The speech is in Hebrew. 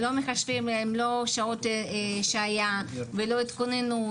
לא מחשבים להם שעות שהייה ולא התכוננות